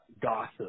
gossip